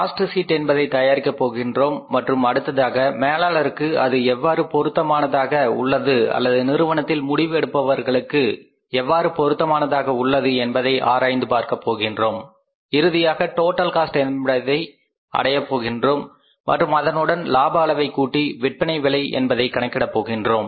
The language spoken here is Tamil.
காஸ்ட் ஷீட் என்பதை தயாரிக்க போகின்றோம் மற்றும் அடுத்ததாக மேலாளருக்கு அது எவ்வாறு பொருத்தமானதாக உள்ளது அல்லது நிறுவனத்தில் முடிவு எடுப்பவர்களுக்கு எவ்வாறு பொருத்தமானதாக உள்ளது என்பதை ஆராய்ந்து பார்க்கப்போகின்றோம் இறுதியாக டோட்டல் காஸ்ட் என்பதை அடையப் போகின்றோம் மற்றும் அதனுடன் லாப அளவைக் கூட்டி விற்பனை விலை என்பதை கணக்கிட போகின்றோம்